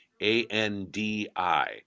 A-N-D-I